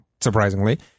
Surprisingly